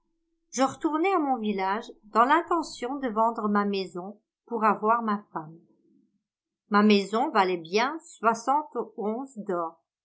je retournai à mon village dans l'intention de vendre ma maison pour avoir ma femme ma maison valait bien soixante